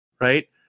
right